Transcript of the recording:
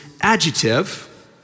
adjective